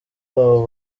wabo